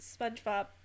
Spongebob